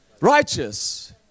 righteous